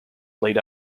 laid